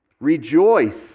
Rejoice